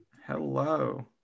Hello